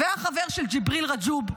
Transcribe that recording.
והחבר של ג'יבריל רג'וב,